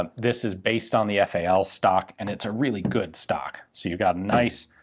um this is based on the fal stock and it's a really good stock. so you've got a nice,